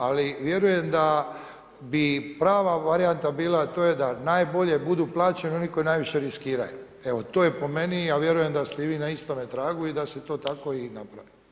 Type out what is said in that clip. Ali vjerujem da bi prava varijanta bila, a to je da najbolje budu plaćeni oni koji najviše riskiraju, evo to je po meni, a vjerujem da ste i vi na istome tragu i da se to tako i napravi.